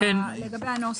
לגבי הנוסח.